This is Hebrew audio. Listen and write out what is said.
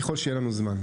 ככל שיהיה לנו זמן.